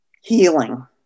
healing